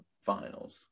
finals